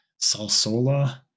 salsola